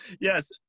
Yes